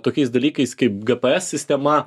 tokiais dalykais kaip gpes sistema